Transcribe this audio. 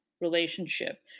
relationship